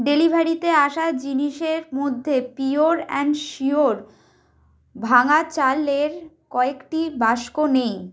ডেলিভারিতে আসা জিনিসের মধ্যে পিওর অ্যাণ্ড শিওর ভাঙা চালের কয়েকটি বাক্স নেই